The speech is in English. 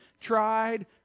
tried